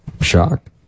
shocked